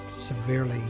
severely